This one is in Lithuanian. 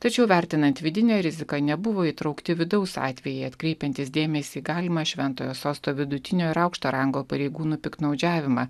tačiau vertinant vidinę riziką nebuvo įtraukti vidaus atvejai atkreipiantys dėmesį į galimą šventojo sosto vidutinio ir aukšto rango pareigūnų piktnaudžiavimą